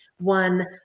one